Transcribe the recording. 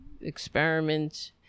experiments